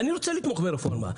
אני רוצה לתמוך ברפורמה.